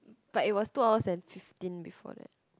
but it was two hours and fifteen before that